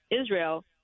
Israel